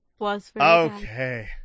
okay